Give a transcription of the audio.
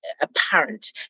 apparent